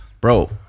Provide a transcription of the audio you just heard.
Bro